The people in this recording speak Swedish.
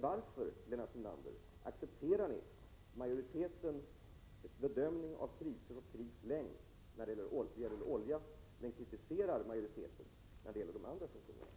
Varför, Lennart Brunander, accepterar ni majoritetens bedömning av krisers och krigs längd när det gäller oljan men kritiserar majoriteten när det gäller de andra funktionerna?